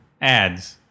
Ads